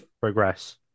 progress